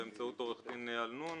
באמצעות עורך דין אלנון.